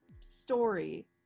story